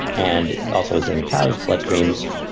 and also it's in cows bloodstreams.